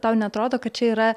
tau neatrodo kad čia yra